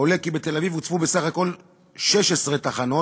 עולה כי בתל-אביב הוצבו בסך הכול 16 תחנות,